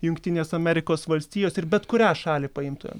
jungtinės amerikos valstijos ir bet kurią šalį paimtumėm